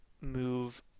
move